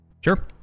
Sure